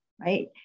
right